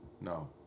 No